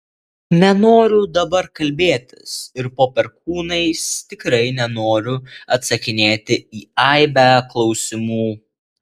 nenoriu dabar kalbėtis ir po perkūnais tikrai nenoriu atsakinėti į aibę klausimų